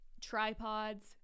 tripods